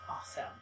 awesome